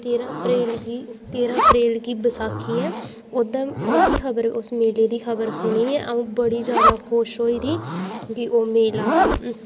तेरां अप्रैल गी बैसाखी ऐ ओह्दी खबर उस मेले दी खबर सुनियै में बड़ी खुशी होई दी ऐ